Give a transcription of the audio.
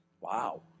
Wow